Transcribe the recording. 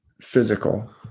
physical